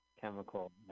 Chemical